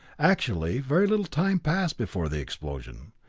actually, very little time passed before the explosion,